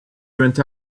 went